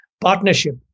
partnership